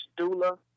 doula